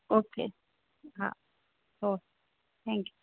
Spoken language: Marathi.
ओके हा हो थँक्यू